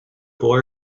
boy